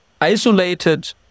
isolated